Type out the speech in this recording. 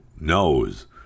knows